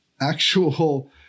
actual